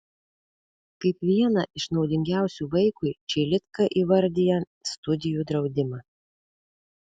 kaip vieną iš naudingiausių vaikui čeilitka įvardija studijų draudimą